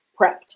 prepped